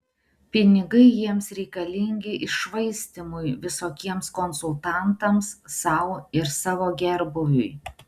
pinigai jiems reikalingi iššvaistymui visokiems konsultantams sau ir savo gerbūviui